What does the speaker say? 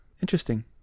Interesting